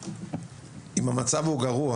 אם המצב הוא גרוע,